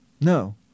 No